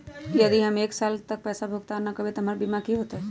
यदि हम एक साल तक पैसा भुगतान न कवै त हमर बीमा के की होतै?